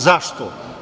Zašto?